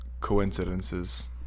coincidences